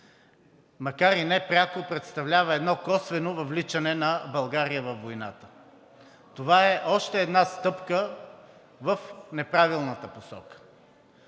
макар и непряко, представлява едно косвено въвличане на България във войната. Това е още една стъпка в неправилната посока.